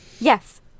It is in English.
yes